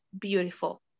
beautiful